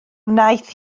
wnaeth